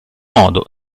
modo